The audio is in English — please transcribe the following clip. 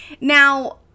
Now